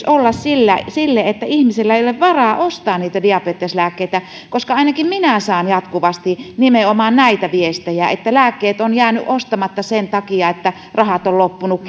olla se että ihmisillä ei ole varaa ostaa niitä diabeteslääkkeitä ainakin minä saan jatkuvasti nimenomaan niitä viestejä että lääkkeet on jäänyt ostamatta sen takia että rahat ovat loppuneet